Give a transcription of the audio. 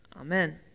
amen